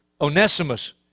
Onesimus